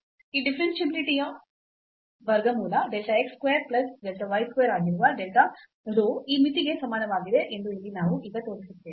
ಈ ಡಿಫರೆನ್ಷಿಯಾಬಿಲಿಟಿ ಯು ವರ್ಗಮೂಲ delta x square plus delta y square ಆಗಿರುವ delta rho ಈ ಮಿತಿಗೆ ಸಮಾನವಾಗಿದೆ ಎಂದು ಇಲ್ಲಿ ನಾವು ಈಗ ತೋರಿಸುತ್ತೇವೆ